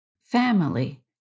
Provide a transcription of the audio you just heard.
Family